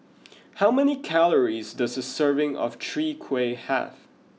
how many calories does a serving of Chwee Kueh have